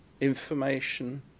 information